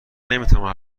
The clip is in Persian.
نمیتوانم